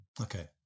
Okay